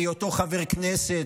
מהיותו חבר כנסת,